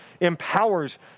empowers